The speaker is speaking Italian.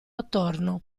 attorno